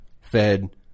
fed